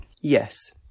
Yes